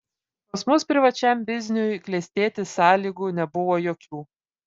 pas mus privačiam bizniui klestėti sąlygų nebuvo jokių